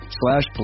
slash